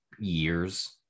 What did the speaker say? years